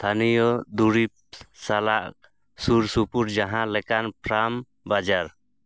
ᱛᱷᱟᱱᱤᱭᱚ ᱫᱚᱨᱚᱵᱽ ᱥᱟᱞᱟᱜ ᱥᱩᱨᱥᱩᱯᱩᱨ ᱡᱟᱦᱟᱸ ᱞᱮᱠᱟᱱ ᱯᱷᱟᱨᱢ ᱵᱟᱡᱟᱨ